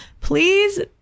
please